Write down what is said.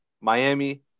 Miami